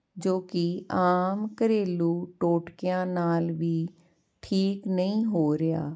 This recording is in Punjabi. ਜੋ ਕਿ ਆਮ ਘਰੇਲੂ ਟੋਟਕਿਆਂ ਨਾਲ ਵੀ ਠੀਕ ਨਹੀਂ ਹੋ ਰਿਹਾ